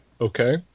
Okay